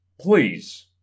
please